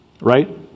right